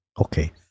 Okay